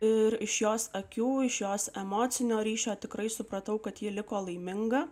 ir iš jos akių iš jos emocinio ryšio tikrai supratau kad ji liko laiminga